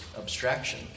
abstraction